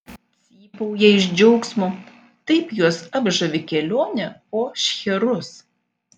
cypauja iš džiaugsmo taip juos apžavi kelionė po šcherus